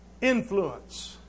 Influence